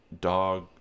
dog